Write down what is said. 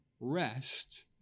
rest